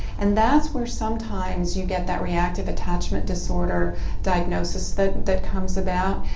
and that's where sometimes you get that reactive attachment disorder diagnosis that that comes about.